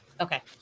Okay